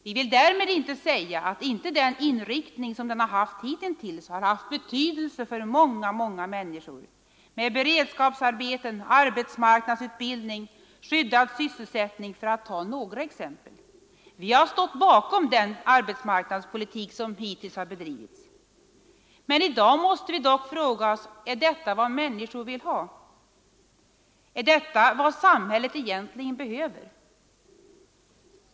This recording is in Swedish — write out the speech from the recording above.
Vi vill därmed inte säga att inte den inriktning den har haft hittills har haft betydelse för många människor, med beredskapsarbeten, arbetsmarknadsutbildning och skyddad sysselsättning, för att ta några exempel. Vi har stått bakom den arbetsmarknadspolitik som hittills har bedrivits. Men i dag måste vi dock fråga oss: Är detta vad människor vill ha? Är detta vad samhället egentligen behöver?